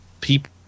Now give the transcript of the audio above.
people